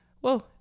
Whoa